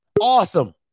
awesome